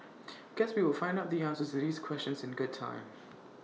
guess we will find out the answers to these questions in good time